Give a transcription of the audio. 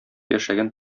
яшәгән